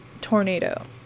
tornado